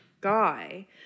guy